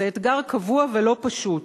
זה אתגר קבוע ולא פשוט,